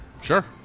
Sure